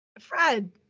Fred